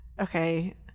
Okay